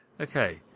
okay